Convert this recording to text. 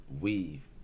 Weave